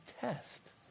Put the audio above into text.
test